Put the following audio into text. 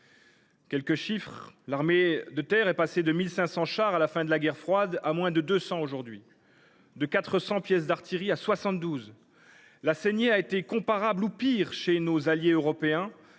Quelques chiffres : l’armée de terre est passée de 1 500 chars à la fin de la guerre froide à moins de 200 aujourd’hui, et de 400 pièces d’artillerie à 72. La saignée a été comparable, voire pire, chez nos alliés européens